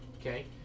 Okay